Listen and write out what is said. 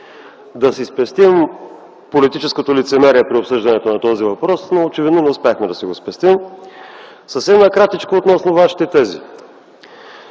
да си спестим политическото лицемерие при обсъждането на този въпрос, но очевидно не успяхме да си го спестим. Съвсем накратичко относно Вашите тези.